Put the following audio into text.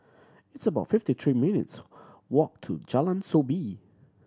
it's about fifty three minutes' walk to Jalan Soo Bee